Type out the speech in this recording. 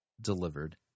delivered